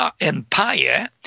Empire